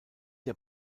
der